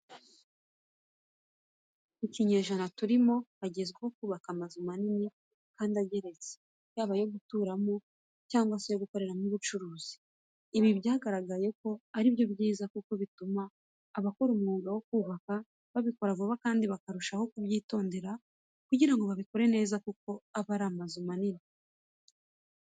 Mu kinyejana turimo hagezweho kubaka amazu manini kandi ageretse yaba ayo guturamo cyangwa se ayo gukoreramo ubucuruzi. Ibi byagaragaye ko ari byo byiza kuko bituma abakora umwuga wo kubaka babikora vuba kandi bakarushaho kubyitondera kugira ngo babikore neza kuko aba ari amazu manini.